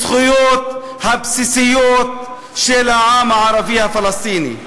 בזכויות הבסיסיות של העם הערבי הפלסטיני.